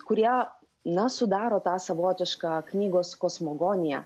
kurie na sudaro tą savotišką knygos kosmogoniją